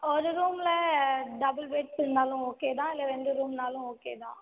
ஒரு ரூம்மில் double bed இருந்தாலும் ஓகே தான் இல்லை இரண்டு ரூம்ன்னாலும் ஓகே தான்